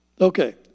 Okay